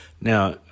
Now